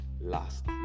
last